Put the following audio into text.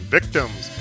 Victims